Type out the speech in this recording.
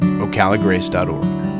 ocalagrace.org